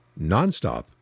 nonstop